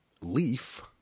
leaf